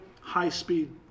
high-speed